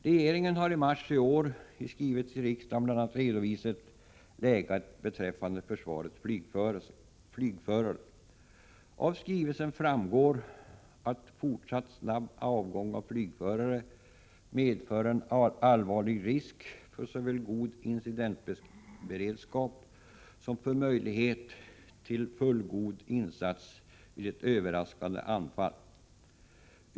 Regeringen har i mars i år i skrivelse till riksdagen bl.a. redovisat läget beträffande försvarets flygförare. Av skrivelsen framgår att fortsatt snabb avgång av flygförare medför en allvarlig risk för såväl god incidentberedskap som för möjlighet till fullgod insats vid ett överraskande anfall.